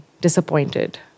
disappointed